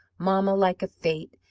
mamma, like a fate,